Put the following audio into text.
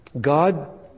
God